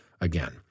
again